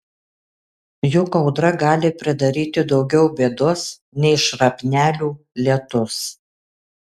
juk audra gali pridaryti daugiau bėdos nei šrapnelių lietus